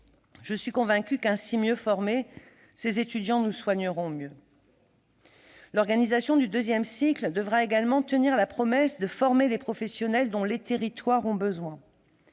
Je suis convaincue que, ainsi mieux formés, ces étudiants nous soigneront mieux. L'organisation du deuxième cycle devra également tenir la promesse de former les professionnels dont les territoires ont besoin.